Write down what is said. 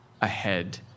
ahead